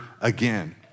again